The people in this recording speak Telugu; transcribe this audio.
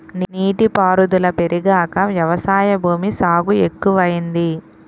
నీటి పారుదుల పెరిగాక వ్యవసాయ భూమి సాగు ఎక్కువయింది